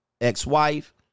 ex-wife